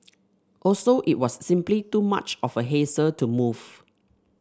also it was simply too much of a hassle to move